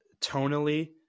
tonally